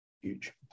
Huge